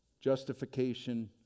Justification